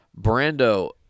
Brando